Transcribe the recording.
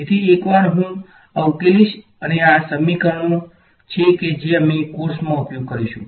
તેથી એકવાર હું આ ઉકેલીશ અને આ સમીકરણો છે કે જે અમે કોર્સમાં ઉપયોગ કરીશું